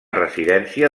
residència